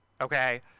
okay